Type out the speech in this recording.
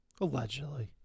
Allegedly